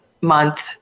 month